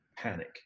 panic